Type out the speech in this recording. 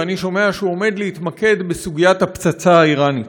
ואני שומע שהוא עומד להתמקד בסוגיית הפצצה האיראנית.